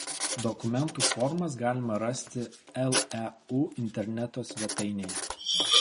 dokumentų formas galima rasti leu interneto svetainėje